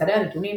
מסדי הנתונים,